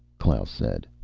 klaus said.